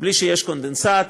בלי שיש קונדנסט,